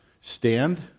Stand